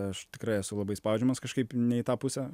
aš tikrai esu labai spaudžiamas kažkaip ne į tą pusę